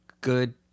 good